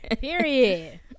Period